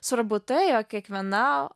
svarbu tai jog kiekviena